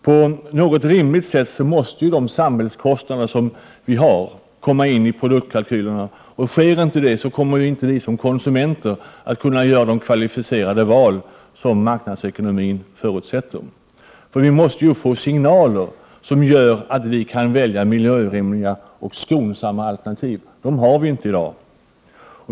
På något rimligt sätt måste samhällskostnaderna komma in i produktkalkylerna. Om inte det sker, kommer inte vi i egenskap av konsumenter att kunna göra de kvalificerade val som en fungerande marknadsekonomi förutsätter att vi skall kunna göra. Vi måste få signaler för att kunna välja miljövänliga och skonsamma alternativ, men sådana finns inte i dag.